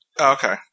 Okay